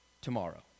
tomorrow